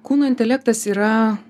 kūno intelektas yra